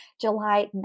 July